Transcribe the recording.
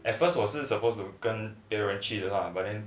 at first 我是 supposed to 跟别人去的 lah but then